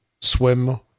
swim